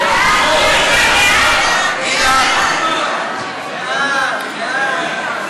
של בתי-המשפט הצבאיים (תיקוני חקיקה),